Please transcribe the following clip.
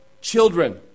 Children